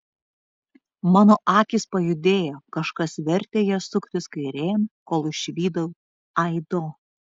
mano akys pajudėjo kažkas vertė jas suktis kairėn kol išvydau aido